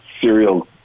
serial